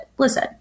listen